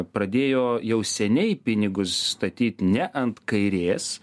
pradėjo jau seniai pinigus statyt ne ant kairės